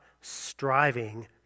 striving